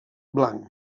blanc